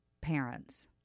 parents